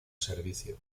servicio